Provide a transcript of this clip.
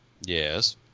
Yes